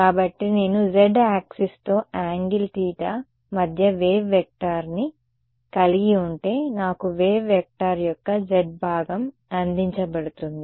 కాబట్టి నేను z యాక్సిస్తో యాంగిల్ తీటా మధ్య వేవ్ వెక్టార్ని కలిగి ఉంటే నాకు వేవ్ వెక్టార్ యొక్క z భాగం అందించబడుతుంది